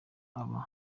aba